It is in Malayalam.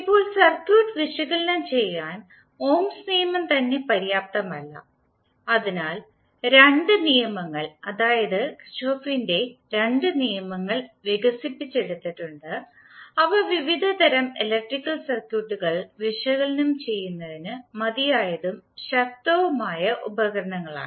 ഇപ്പോൾ സർക്യൂട്ട് വിശകലനം ചെയ്യാൻ ഓംസ് നിയമം തന്നെ പര്യാപ്തമല്ല അതിനാൽ രണ്ട് നിയമങ്ങൾ അതായത് കിർചോഫിന്റെ രണ്ട് നിയമങ്ങൾ വികസിപ്പിച്ചെടുത്തിട്ടുണ്ട് അവ വിവിധതരം ഇലക്ട്രിക്കൽ സർക്യൂട്ടുകൾ വിശകലനം ചെയ്യുന്നതിന് മതിയായതും ശക്തവുമായ ഉപകരണങ്ങളാണ്